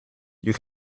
you